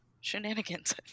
shenanigans